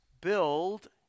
build